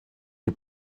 die